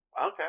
Okay